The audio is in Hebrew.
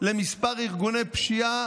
לכמה ארגוני פשיעה